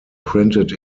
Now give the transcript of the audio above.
printed